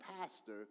pastor